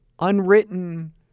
unwritten